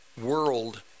world